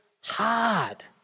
hard